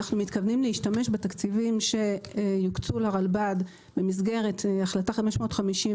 ואנחנו מתכוונים להשתמש בתקציבים שיוקצו לרלב"ד במסגרת החלטה 550,